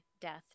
death